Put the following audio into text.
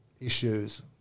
issues